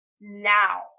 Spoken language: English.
now